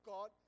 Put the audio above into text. God